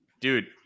dude